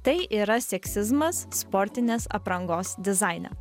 tai yra seksizmas sportinės aprangos dizaine